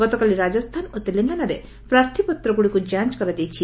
ଗତକାଲି ରାଜସ୍ଥାନ ଓ ତେଲଙ୍ଗାନାରେ ପ୍ରାର୍ଥୀପତ୍ରଗୁଡ଼ିକୁ ଯାଞ୍ କରାଯାଇଛି